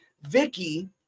Vicky